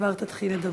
שכבר תתחיל לדבר.